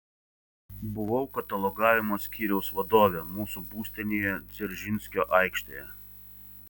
buvau katalogavimo skyriaus vadovė mūsų būstinėje dzeržinskio aikštėje